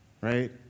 right